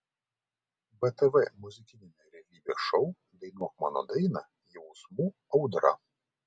btv muzikiniame realybės šou dainuok mano dainą jausmų audra